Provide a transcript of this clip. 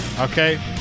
okay